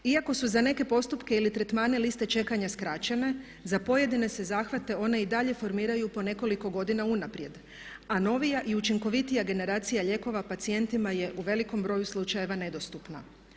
Iako su za neke postupke ili tretmane liste čekanja skraćene za pojedine se zahvate one i dalje formiraju po nekoliko godina unaprijed a novija i učinkovitija generacija lijekova pacijentima je u velikom broju slučajeva nedostupna.